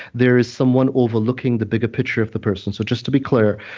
there is someone overlooking the bigger picture of the person so, just to be clear,